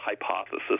hypothesis